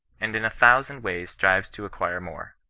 and in a thousand ways strives to acquire more.